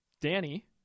Danny